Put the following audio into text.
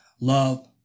love